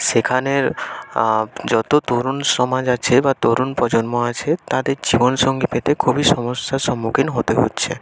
সেখানের যত তরুণ সমাজ আছে বা তরুণ প্রজন্ম আছে তাদের জীবনসঙ্গী পেতে খুবই সমস্যার সম্মুখীন হতে হচ্ছে